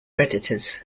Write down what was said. predators